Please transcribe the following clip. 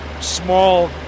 small